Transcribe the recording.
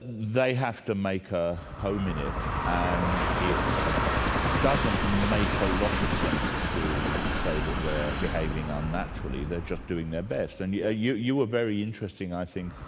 they have to make a home in it, and it doesn't make a lot of sense to say that they're behaving unnaturally, they're just doing their best, and you you were very interesting i think,